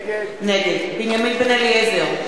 נגד בנימין בן-אליעזר,